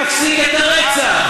להפסיק את הרצח,